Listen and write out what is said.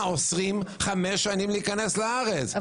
אוסרים עליהם להיכנס לארץ במשך חמש שנים?